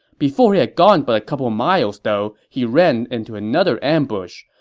before he had gone but a couple miles, though, he ran into another ambush.